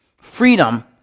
freedom